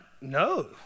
No